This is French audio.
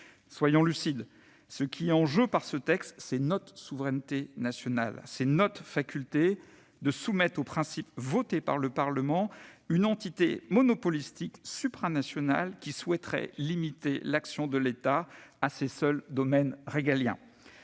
Soyons lucides, ce qui est en jeu par ce texte, c'est notre souveraineté nationale, c'est notre faculté de soumettre aux principes votés par le Parlement une entité monopolistique supranationale qui souhaiterait limiter l'action de l'État à ses seuls domaines régaliens.